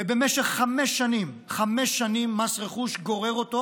במשך חמש שנים, חמש שנים מס רכוש גורר אותו